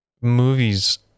movies